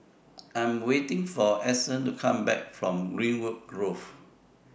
I Am waiting For Edson to Come Back from Greenwood Grove